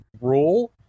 rule